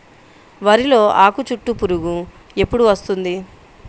వరిలో ఆకుచుట్టు పురుగు ఎప్పుడు వస్తుంది?